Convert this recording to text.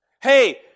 hey